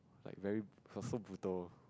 like very her food brutal